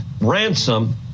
ransom